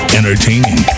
entertaining